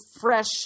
fresh